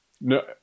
no